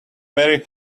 very